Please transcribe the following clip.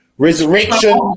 Resurrection